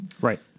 Right